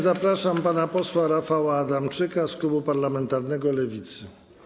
Zapraszam pana posła Rafała Adamczyka z klubu parlamentarnego Lewicy.